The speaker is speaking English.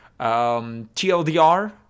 TLDR